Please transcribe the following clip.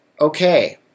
okay